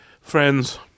Friends